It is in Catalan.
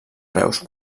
reus